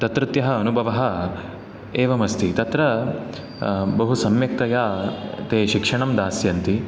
तत्रत्यः अनुभवः एवमस्ति तत्र बहु सम्यक्तया ते शिक्षणं दास्यन्ति